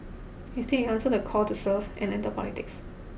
instead he answered the call to serve and entered politics